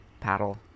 paddle